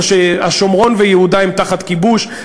או שהשומרון ויהודה הם תחת כיבוש,